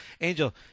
Angel